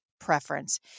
preference